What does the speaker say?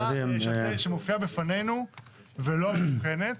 בהצעה שמופיעה בפנינו ולא המתוקנת,